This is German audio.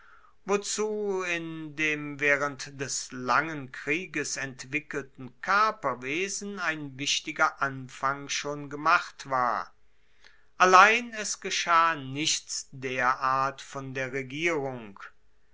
wozu in dem waehrend des langen krieges entwickelten kaperwesen ein wichtiger anfang schon gemacht war allein es geschah nichts derart von der regierung